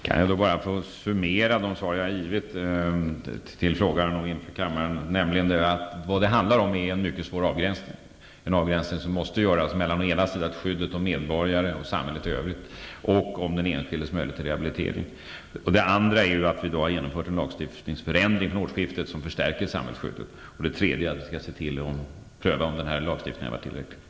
Fru talman! Jag vill inför frågeställaren och kammaren summera de svar som jag givit. Det handlar för det första om en mycket svår avvägning som måste göras mellan å ena sidan skyddet av medborgare och samhället i övrigt och å andra sidan den enskildes möjlighet till rehabilitering. För det andra har vi vid årsskiftet genomfört en förändring av lagstiftningen som stärker samhällsskyddet. För det tredje skall vi se till att pröva om denna lagstiftning är tillräcklig.